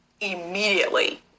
immediately